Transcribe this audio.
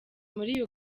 muri